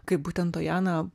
kaip būtent tojana